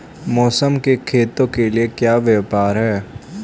मौसम का खेतों के लिये क्या व्यवहार है?